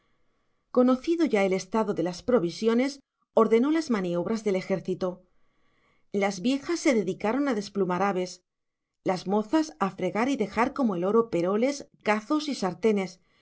conocido ya el estado de las provisiones ordenó las maniobras del ejército las viejas se dedicaron a desplumar aves las mozas a fregar y dejar como el oro peroles cazos y sartenes